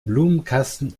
blumenkasten